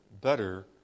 better